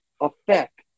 affect